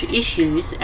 issues